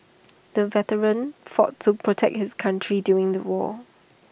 the veteran fought to protect his country during the war